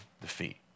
defeat